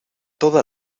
toda